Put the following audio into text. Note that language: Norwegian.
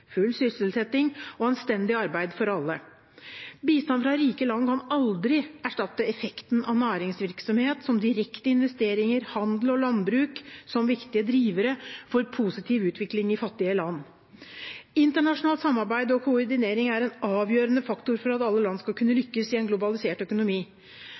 full sysselsetting og anstendig arbeid for alle. Bistand fra rike land kan aldri erstatte effekten av næringsvirksomhet, som direkte investeringer, handel og landbruk som viktige drivere for positiv utvikling i fattige land. Internasjonalt samarbeid og koordinering er en avgjørende faktor for at alle land skal kunne lykkes i en globalisert økonomi.